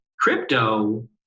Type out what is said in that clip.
Crypto